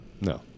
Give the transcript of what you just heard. No